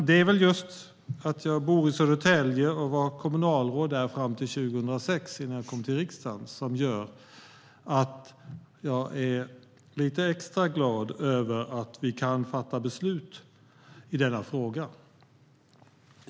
Det är väl just därför att jag bor i Södertälje och var kommunalråd där fram till 2006, när jag kom till riksdagen, som jag är lite extra glad över att vi kan fatta beslut i denna fråga.